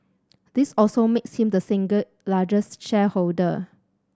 this also makes him the single largest shareholder